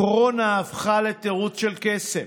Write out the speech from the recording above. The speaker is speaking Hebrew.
הקורונה הפכה לתירוץ של קסם